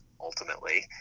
ultimately